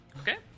Okay